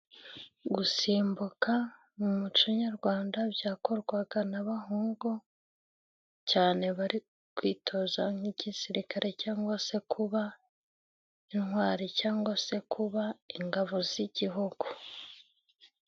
Gusimbuka mu muco nyarwanda byakorwaga n'abahungu, cyane bari kwitoza igisirikare, cyangwa se kuba intwari, cyangwa se kuba ingabo z'igihugu.